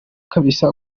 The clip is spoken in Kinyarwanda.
kabisa